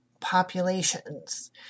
Populations